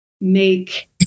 make